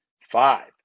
Five